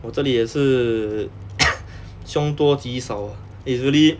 我这里也是 凶多吉少 uh easily